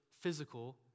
physical